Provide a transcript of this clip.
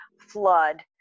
flood